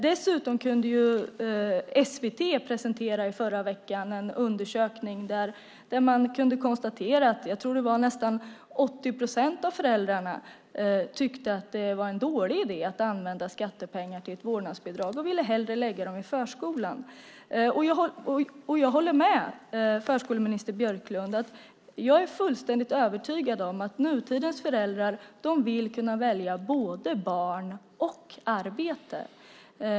Dessutom kunde SVT i förra veckan presentera en undersökning där man kunde konstatera att nästan 80 procent av föräldrarna tyckte att det var en dålig idé att använda skattepengar till vårdnadsbidrag. De ville hellre lägga dem på förskolan. Jag håller med förskoleminister Björklund. Jag är fullständigt övertygad om att nutidens föräldrar vill kunna välja både barn och arbete.